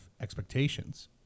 expectations